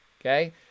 Okay